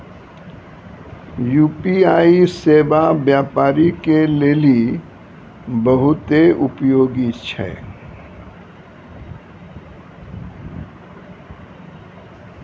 UPI सेबा व्यापारो के लेली बहुते उपयोगी छै